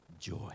joy